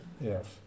yes